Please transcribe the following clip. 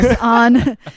on